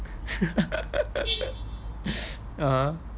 (uh huh)